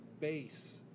base